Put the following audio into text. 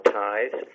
tithes